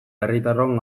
herritarron